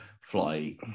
fly